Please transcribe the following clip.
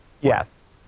Yes